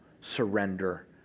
surrender